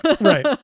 Right